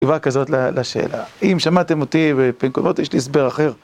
סביבה כזאת לשאלה. אם שמעתם אותי, יש לי הסבר אחר.